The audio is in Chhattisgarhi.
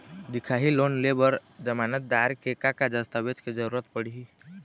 दिखाही लोन ले बर जमानतदार के का का दस्तावेज के जरूरत पड़ही?